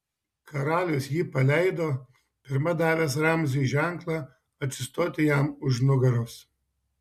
karalius jį paleido pirma davęs ramziui ženklą atsistoti jam už nugaros